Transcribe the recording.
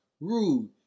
rude